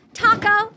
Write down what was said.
taco